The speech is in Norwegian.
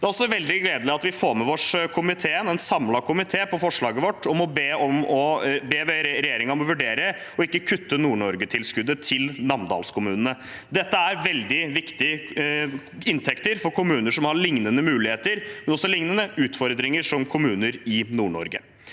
Det er også veldig gledelig at vi får med oss en samlet komité på forslaget vårt om å be regjeringen vurdere å ikke kutte Nord-Norge-tilskuddet til namdalskommunene. Dette er veldig viktige inntekter for kommuner som har liknende muligheter, men også liknende utfordringer som kommuner i Nord-Norge.